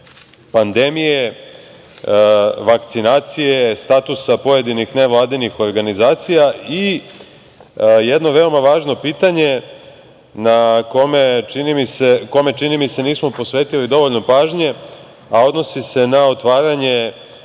pandemije, vakcinacije, statusa pojedinih nevladinih organizacija i jedno veoma važno pitanje, kome, čini mi se nismo posvetili dovoljno pažnje, a odnosi se na otvaranje